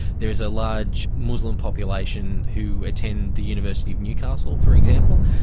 there is a large muslim population who attend the university of newcastle, for example,